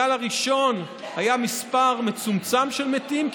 בגל הראשון היה מספר מצומצם של מתים,